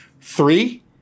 three